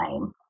time